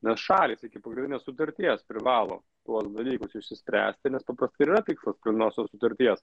nes šalys iki pagrindinės sutarties privalo tuos dalykus išsispręsti nes paprastai ir yra tikslas preliminariosios sutarties